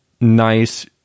nice